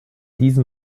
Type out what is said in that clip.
diesem